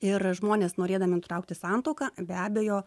ir žmonės norėdami nutraukti santuoką be abejo